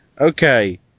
Okay